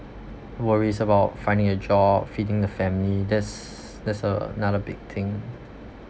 worries about finding a job feeding a family that's that's another big thing